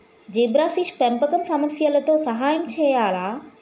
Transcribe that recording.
Zebrafish పెంపకం సమస్యలతో సహాయం చేయాలా?